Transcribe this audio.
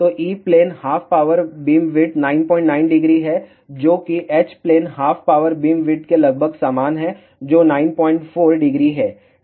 तो E plane half power beamwidth 990 है जो कि H plane half power beamwidth के लगभग समान है जो 940 है